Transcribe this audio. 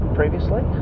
previously